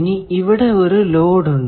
ഇനി ഇവിടെ ഒരു ലോഡ് ഉണ്ട്